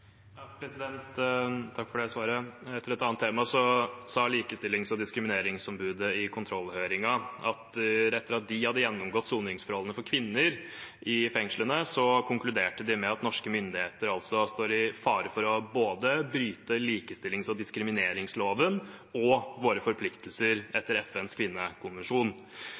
et annet tema: Likestillings- og diskrimineringsombudet sa i kontrollhøringen at etter at de hadde gjennomgått soningsforholdene for kvinner i fengslene, konkluderte de med at norske myndigheter står i fare for å bryte både likestillings- og diskrimineringsloven og våre forpliktelser etter FNs kvinnekonvensjon.